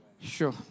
Sure